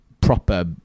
proper